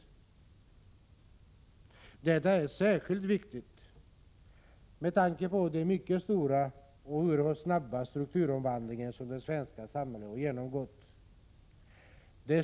Detta är särskilt viktigt med tanke på den mycket stora och oerhört snabba strukturomvandling som det svenska samhället har genomgått.